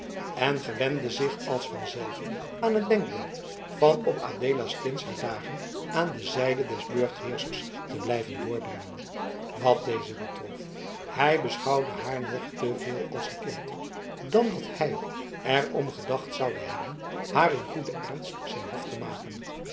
en gewende zich als van zelve aan het denkbeeld van op adeelastins haar dagen aan de zijde des burchtheers te blijven doorbrengen wat dezen betrof hij beschouwde haar nog te veel als een kind dan dat hij er om gedacht zoude hebben haar in goeden ernst zijn hof te maken